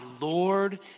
Lord